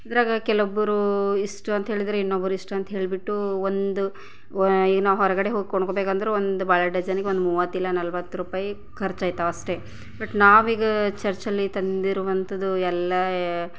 ಇದ್ರಾಗ ಕೆಲವೊಬ್ಬರು ಇಷ್ಟು ಅಂತ ಹೇಳಿದರೆ ಇನ್ನೊಬ್ಬರು ಇಷ್ಟು ಅಂತ ಹೇಳಿಬಿಟ್ಟು ಒಂದು ಏನು ಹೊರಗಡೆ ಹೋಗಿ ಕೊಂಡ್ಕೋಬೇಕೆಂದರೂ ಒಂದು ಬಾಳೆಹಣ್ಣು ಡಜನ್ನಿಗೆ ಒಂದು ಮೂವತ್ತು ಇಲ್ಲ ನಲ್ವತ್ತು ರೂಪಾಯಿ ಖರ್ಚು ಆಯ್ತಾವಷ್ಟೇ ಬಟ್ ನಾವೀಗ ಚರ್ಚಲ್ಲಿ ತಂದಿರುವಂಥದ್ದು ಎಲ್ಲ